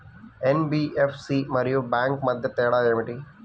NBFC మరియు bank మధ్య తేడా ఏమిటి?